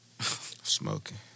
Smoking